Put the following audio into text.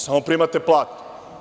Samo primate platu.